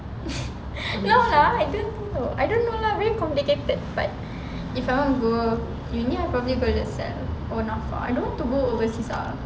no lah I don't think so I don't know lah very complicated but if I want go uni I probably go LASALLE or NAFA I don't want to go overseas ah